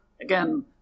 again